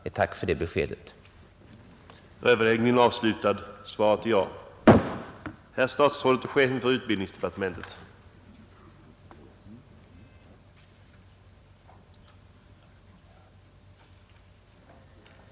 Jag tackar för beskedet att utbildningsministern är beredd att ompröva den frågan.